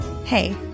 Hey